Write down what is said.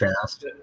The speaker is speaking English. fast